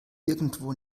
irgendwo